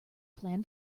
plan